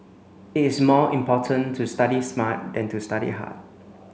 it is more important to study smart than to study hard